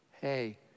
Hey